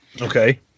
Okay